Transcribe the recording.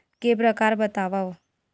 के प्रकार बतावव?